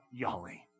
yali